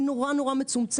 היא נורא מצומצמת,